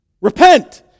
Repent